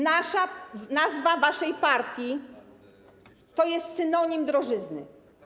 Nazwa waszej partii to synonim drożyzny.